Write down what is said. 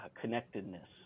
connectedness